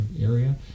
area